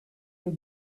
your